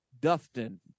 Dustin